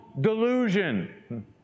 delusion